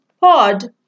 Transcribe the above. pod